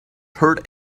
hurt